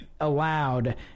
allowed